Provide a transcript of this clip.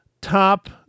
Top